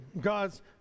God's